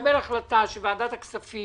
נקבל החלטה שוועדת הכספים